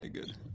good